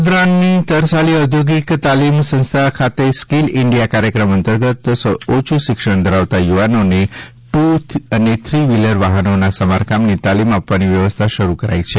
વડોદરાની તરસાલી ઔદ્યોગિક તાલીમ સંસ્થા ખાતે સ્કીલ ઇન્ડિયા કાર્યક્રમ અંતર્ગત ઓછૂં શિક્ષણ ધરાવતા યુવાનોને ટ્ અને થ્રી વ્હીલર વાહનોના સમારકામની તાલીમ આપવાની વ્યવસ્થા શરૂ કરાઇ છે